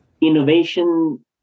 Innovation